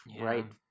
right